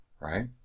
right